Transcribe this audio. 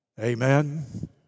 Amen